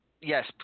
Yes